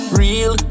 real